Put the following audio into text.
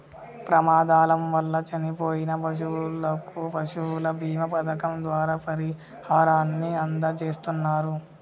ప్రమాదాల వల్ల చనిపోయిన పశువులకు పశువుల బీమా పథకం ద్వారా పరిహారాన్ని అందజేస్తున్నరు